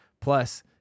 Plus